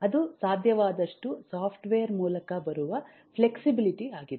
ಅದು ಸಾಧ್ಯವಾದಷ್ಟು ಸಾಫ್ಟ್ವೇರ್ ಮೂಲಕ ಬರುವ ಫ್ಲೆಕ್ಸಿಬಿಲಿಟಿ ಆಗಿದೆ